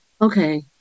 okay